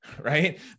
right